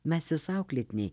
mes jos auklėtiniai